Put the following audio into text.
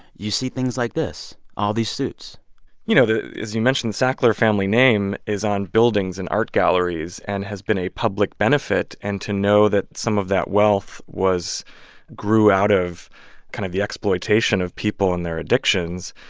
you see things like this all these suits you know, as you mentioned, the sackler family name is on buildings and art galleries and has been a public benefit. and to know that some of that wealth was grew out of kind of the exploitation of people and their addictions,